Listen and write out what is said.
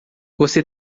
você